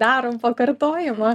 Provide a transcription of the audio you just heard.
darom pakartojimą